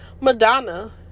Madonna